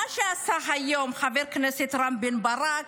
מה שעשה היום חבר הכנסת רם בן ברק,